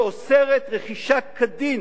שאוסרת רכישה כדין